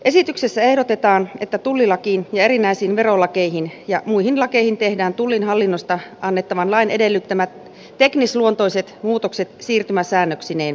esityksessä ehdotetaan että tullilakiin ja erinäisiin verolakeihin ja muihin lakeihin tehdään tullin hallinnosta annettavan lain edellyttämät teknisluonteiset muutokset siirtymäsäännöksineen